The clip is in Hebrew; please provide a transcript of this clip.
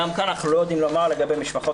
גם כאן אנחנו לא יודעים לומר לגבי משפחות